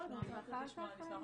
אני רוצה לשמוע,